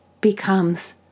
becomes